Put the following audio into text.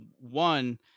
One